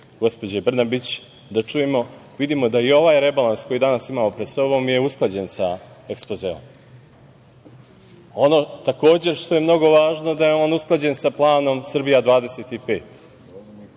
gospođe Brnabić da čujemo, vidimo da je i ovaj rebalans koji danas imamo pred sobom usklađen sa ekspozeom. Ono što je, takođe, mnogo važno jeste da je on usklađen i sa planom „Srbija 2025“.